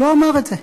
לא אמר את זה.